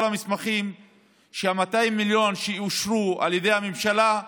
המסמכים שה-200 מיליון שאושרו על ידי הממשלה,